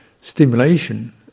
stimulation